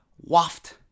waft